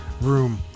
room